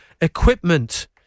equipment